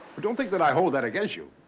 but don't think that i hold that against you.